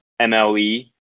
MLE